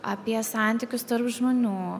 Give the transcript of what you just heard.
apie santykius tarp žmonių